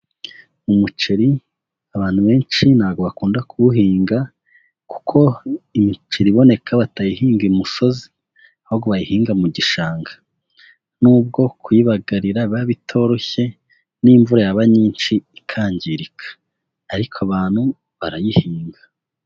Umuceri abantu benshi ntabwo bakunda kuwuhinga kuko imiceri iboneka batayihinga imusozi ahubwo bayihinga mu gishanga. Nubwo kuyibagarira biba bitoroshye n'imvura yaba nyinshi ikangirika, ariko abantu barayihinga.